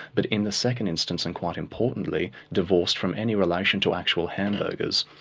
but in the second instance and quite importantly, divorced from any relation to actual hamburgers.